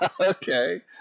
Okay